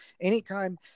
anytime